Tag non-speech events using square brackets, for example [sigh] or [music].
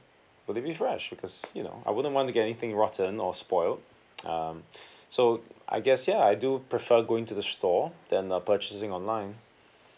would it be fresh because you know I wouldn't want to get anything rotten or spoiled [noise] um so I guess yeah I do prefer going to the store than uh purchasing online